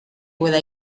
pueda